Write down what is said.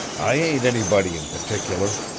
i ain't anybody in particular.